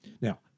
Now